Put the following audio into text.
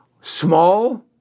small